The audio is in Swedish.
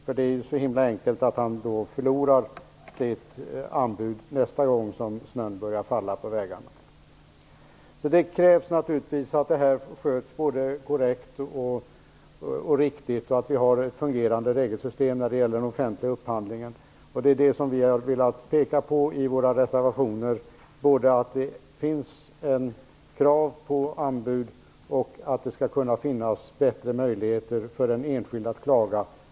Han kan ju då riskera att förlora i anbudsgivningen nästa gång snön börjar falla på vägarna. Det krävs självfallet att detta sköts korrekt och att vi har ett fungerande regelsystem för den offentliga upphandlingen. Vi har i våra reservationer velat peka både på att det skall finnas krav på anbud och på att det skall finnas bättre möjligheter för den enskilde att klaga.